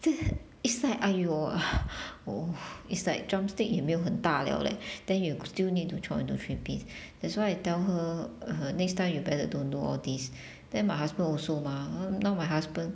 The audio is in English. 对 it's like !aiyo! it's like drumstick 也没有很大 liao leh then you still need to chop into three piece that's why I tell her uh next time you better don't do all these then my husband also mah now my husband